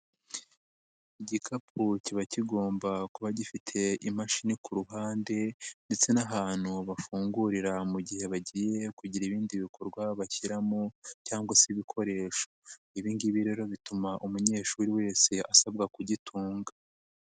Igikapu kiba kigomba kuba gifite imashini ku ruhande ndetse n'ahantu bafungurira mu gihe bagiye kugira ibindi bikorwa bashyiramo cyangwa se ibikoresho ibi ngibi rero bituma umunyeshuri wese asabwa kugitunga.